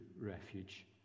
refuge